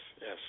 yes